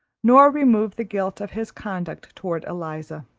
nor remove the guilt of his conduct towards eliza.